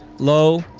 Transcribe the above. low.